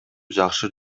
жакшы